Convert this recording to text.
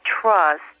trust